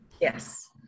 Yes